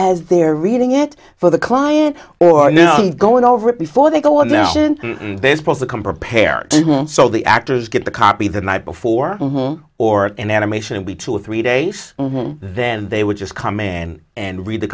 as they're reading it for the client or you know i'm going over it before they go in there and they're supposed to come prepared so the actors get the copy the night before or an animation and we two or three days then they would just come in and read the